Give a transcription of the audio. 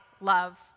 love